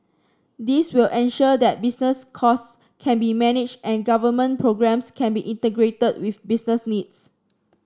this will ensure that business costs can be managed and government programmes can be integrated with business needs